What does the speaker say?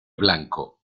blanco